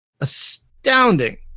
astounding